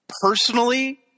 Personally